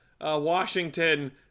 Washington